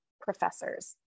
professors